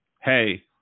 hey